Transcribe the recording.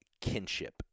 kinship